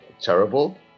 terrible